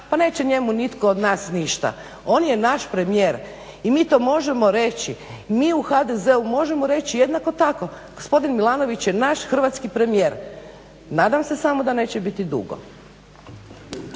pa neće njemu nitko od nas ništa. On je naš premijer i mi to možemo reći. Mi u HDZ-u možemo reći jednako tako gospodin Milanović je naš hrvatski premijer. Nadam se samo da neće biti dugo.